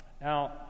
Now